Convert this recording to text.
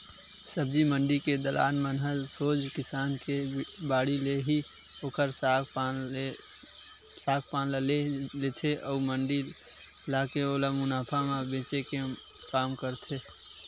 सब्जी मंडी के दलाल मन ह सोझ किसान के बाड़ी ले ही ओखर साग पान ल ले लेथे अउ मंडी लाके ओला मुनाफा म बेंचे के काम करथे